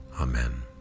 Amen